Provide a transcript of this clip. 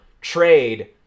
trade